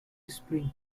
spring